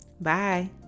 Bye